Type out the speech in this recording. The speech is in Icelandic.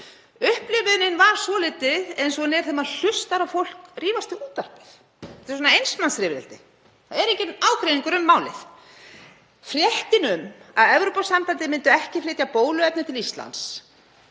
Upplifunin var svolítið eins og þegar maður hlustar á fólk rífast við útvarpið; þetta er eins manns rifrildi, það er enginn ágreiningur um málið. „Fréttir“ um að Evrópusambandið myndi ekki flytja bóluefni til Íslands